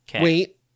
Wait